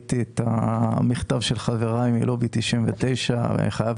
ראיתי את המכתב של חבריי מלובי 99. אני חייב